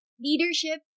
leadership